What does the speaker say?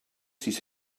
sis